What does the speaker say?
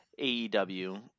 AEW